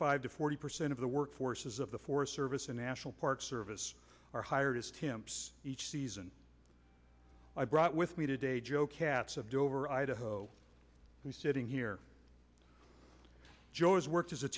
five to forty percent of the workforce is of the forest service and national park service are hired as temps each season i brought with me today joe katz of dover idaho who's sitting here joe's worked as a